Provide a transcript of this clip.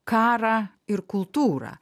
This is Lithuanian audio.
karą ir kultūrą